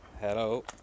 Hello